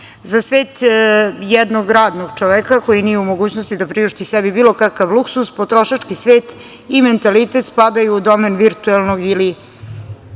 Za svet jednog radnog čoveka koji nije u mogućnosti da priušti sebi bilo kakav luksuz potrošački svet i mentalitet spadaju u domen virtuelnog ili,